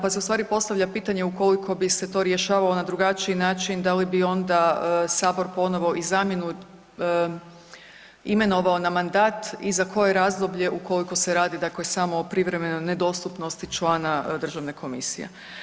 Pa se u stvari postavlja pitanje ukoliko bi se to rješavalo na drugačiji način, da li bi onda Sabor ponovo i zamjenu imenovao na mandat i za koje razdoblje ukoliko se radi, dakle samo privremenoj nedostupnosti člana Državne komisije.